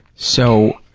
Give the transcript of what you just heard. so,